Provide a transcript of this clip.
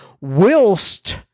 whilst